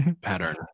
pattern